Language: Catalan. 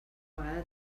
vegada